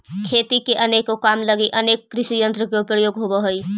खेती के अनेको काम लगी अनेक कृषियंत्र के प्रयोग होवऽ हई